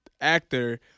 actor